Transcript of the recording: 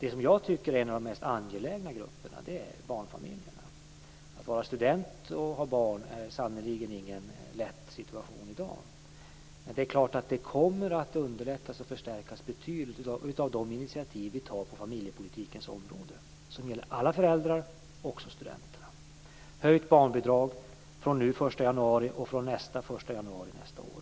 En av de mest angelägna grupperna är barnfamiljerna. Att vara student och ha barn är sannerligen ingen lätt situation i dag. Det är klart att det kommer att underlättas och att deras situation kommer att förstärkas betydligt av de initiativ vi tar på familjepolitikens område. De gäller alla föräldrar, och också studenterna. Barnbidraget är höjt nu från den 1 januari, och det höjs från den 1 januari nästa år.